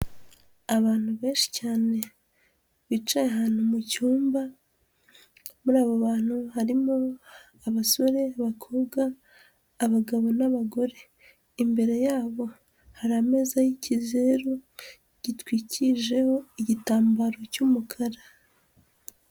Abantu benshi cyane bicaye ahantu mu cyumba, muri abo bantu harimo abasore, abakobwa, abagabo n'abagore, imbere yabo hari ameza y'ikizeru gitwikijeho igitambaro cy'umukara.